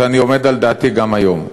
ואני עומד על דעתי גם היום.